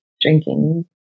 drinking